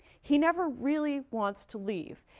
he never really wants to leave,